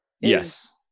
Yes